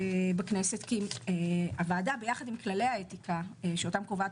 כי הוועדה יחד עם כלל האתיקה שאותם קובעת